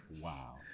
Wow